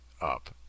up